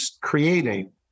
creating